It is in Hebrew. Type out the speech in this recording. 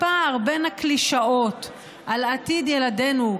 הפער בין הקלישאות על עתיד ילדינו,